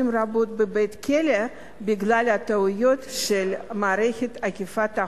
רבות בבית-כלא בגלל טעויות של מערכת אכיפת החוק.